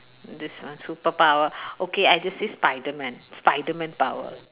this one superpower okay I just say spiderman spiderman power